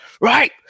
right